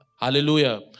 Hallelujah